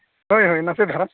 ᱦᱳᱭ ᱦᱳᱭ ᱱᱟᱥᱮ ᱫᱷᱟᱨᱟ